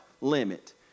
limit